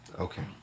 Okay